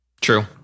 true